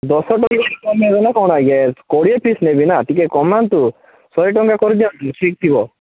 ଦଶ କମାଇବେ ନା କଣ ଆଜ୍ଞା କୋଡ଼ିଏ ପିସ୍ ନେବିନା ଟିକେ କମାନ୍ତୁ ଶହେ ଟଙ୍କା କରିଦିଅନ୍ତୁ ଠିକ୍ ଥିବ